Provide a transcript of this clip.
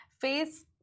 face